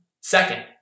Second